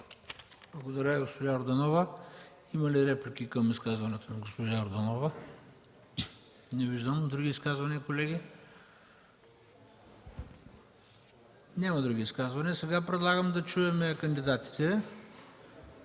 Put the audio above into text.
Благодаря Ви, госпожо Йорданова. Има ли реплики към изказването на госпожа Йорданова? Не виждам. Колеги, други изказвания? Няма други изказвания. Сега предлагам да чуем кандидатите.